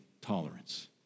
tolerance